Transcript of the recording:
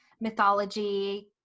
mythology